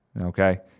Okay